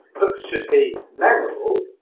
hooks should be memorable,